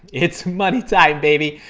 it's money time, baby.